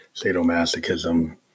sadomasochism